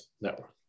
Network